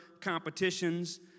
competitions